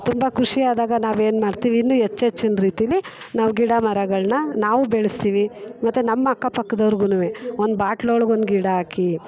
ತುಂಬ ಖುಷಿಯಾದಾಗ ನಾವು ಏನು ಮಾಡ್ತೀವಿ ಇನ್ನೂ ಹೆಚ್ಚು ಹೆಚ್ಚಿನ ರೀತಿಲಿ ನಾವು ಗಿಡ ಮರಗಳನ್ನ ನಾವು ಬೆಳೆಸ್ತೀವಿ ಮತ್ತೆ ನಮ್ಮ ಅಕ್ಕಪಕ್ಕದೋರ್ಗೂನು ಒಂದು ಬಾಟ್ಲ್ ಒಳಗೆ ಒಂದು ಗಿಡ ಹಾಕಿ